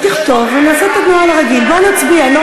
אנחנו עוברים להצבעה, זהו.